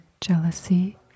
jealousy